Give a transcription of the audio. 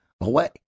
away